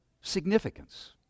significance